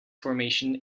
formation